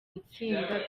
itsinda